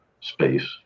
space